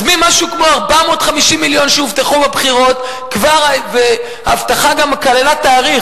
אז ממשהו כמו 450 מיליון שהובטחו בבחירות וההבטחה גם כללה תאריך,